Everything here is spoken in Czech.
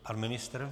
Pan ministr?